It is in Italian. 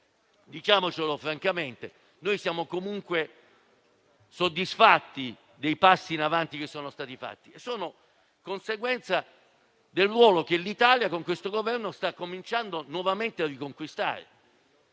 siamo comunque soddisfatti dei passi in avanti che sono stati compiuti, che sono conseguenza del ruolo che l'Italia, con questo Governo, sta cominciando nuovamente a riconquistare.